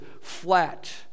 flat